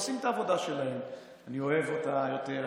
עושים את העבודה שלהם אני אוהב אותה יותר,